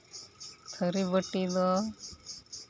ᱛᱷᱟᱹᱨᱤ ᱵᱟᱹᱴᱤ ᱫᱚ